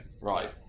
right